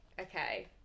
Okay